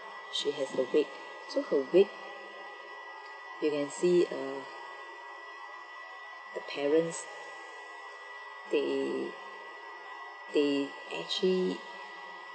she has the wake so her wake you can see uh the parents they they actually